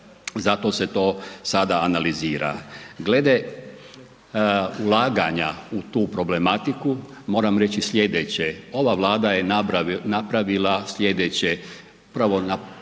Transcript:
zato se to sada analizira. Glede ulaganja u tu problematiku moram reći slijedeće. Ova Vlada je napravila slijedeće. Upravo na problemu